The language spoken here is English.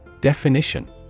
Definition